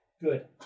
Good